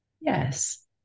Yes